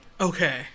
Okay